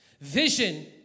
Vision